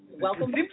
Welcome